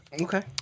Okay